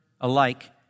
alike